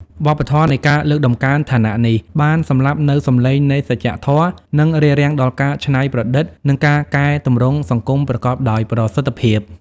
វប្បធម៌នៃការលើកតម្កើងឋានៈនេះ បានសម្លាប់នូវសំឡេងនៃសច្ចធម៌ និងរារាំងដល់ការច្នៃប្រឌិត និងការកែទម្រង់សង្គមប្រកបដោយប្រសិទ្ធភាព។